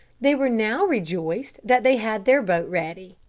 they were now rejoiced that they had their boat ready.